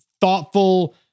thoughtful